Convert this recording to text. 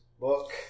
book